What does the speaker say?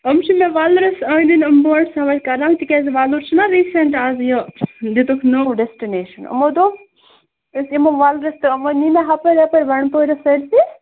أمۍ چھِ مےٚ وۄلرِس أنٛدۍ أنٛدۍ بوٹ سَوٲرۍ کرناوٕنۍ تِکیٛازِ وۄلُر چھُنا رِسینٛٹ اَز یہِ دِتُکھ اَز یہِ دِتُک نوٚو ڈیسٹِنیشَن یِمو دوٚپ أسۍ یِمَو وۄلرِس تہٕ وۅنۍ یِیہِ نہٕ ہُپٲرۍ یَپٲرۍ بَنٛڈپوٗرِس سٲرۍسٕے